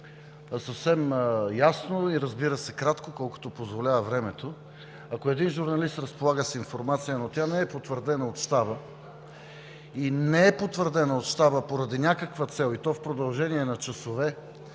съвсем ясно и, разбира се, кратко, колкото позволява времето, ако един журналист разполага с информация, но тя не е потвърдена от Щаба и не е потвърдена от Щаба, поради някаква цел, и то в продължение на часове,